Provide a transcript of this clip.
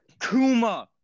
Kuma